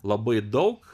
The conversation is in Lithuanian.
labai daug